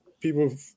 people